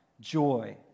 joy